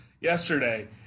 yesterday